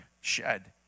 shed